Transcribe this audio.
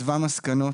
כתבה מסקנות,